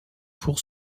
fours